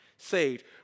Saved